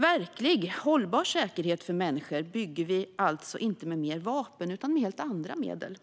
Verklig hållbar säkerhet för människor bygger vi alltså inte med mer vapen utan med helt andra medel.